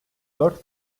dört